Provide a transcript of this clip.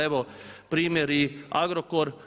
Evo primjer i Agrokor.